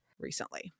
recently